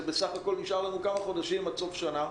נשארו לנו בסך הכול כמה חודשים עד סוף השנה,